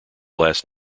last